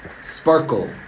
sparkle